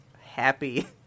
happy